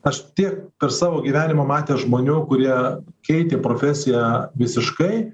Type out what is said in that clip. aš tie per savo gyvenimą matęs žmonių kurie keitė profesiją visiškai